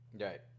Right